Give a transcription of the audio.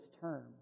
term